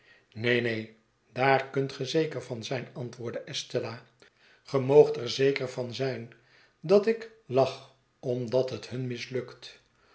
neen neen daar kunt ge zeker van zijn antwoordde estella ge moogt er zeker van zijn dat ik lach omdat het hun mislukt